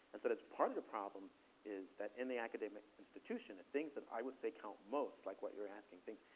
and so that's part of the problem is that in the academic institution, the things that i would say count most, like what you're asking, things,